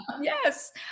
Yes